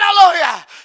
hallelujah